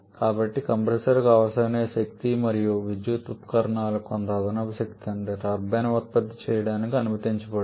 కాబట్టి కంప్రెషర్కు అవసరమైన శక్తి మరియు విద్యుత్ ఉపకరణాలకు కొంత అదనపు శక్తి అంటే టర్బైన్ ఉత్పత్తి చేయడానికి అనుమతించబడుతుంది